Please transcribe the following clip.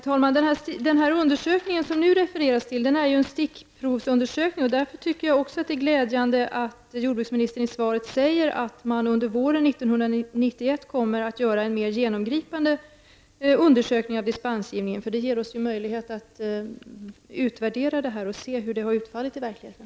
Herr talman! Den undersökning som jordbruksministern refererade till var ju en stickprovsundersökning. Därför tycker jag också att det är glädjande att jordbruksministern i svaret säger att man under våren 1991 kommer att göra en mer genomgripande undersökning av dispensgivningen. Det gör det möjligt att utvärdera dispensgivningen och se hur den har utfallit i verkligheten.